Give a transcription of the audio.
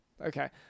Okay